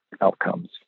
outcomes